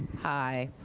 hi.